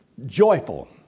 Joyful